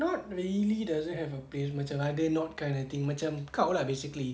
not really doesn't have a place macam I dare not kind of thing macam kau lah basically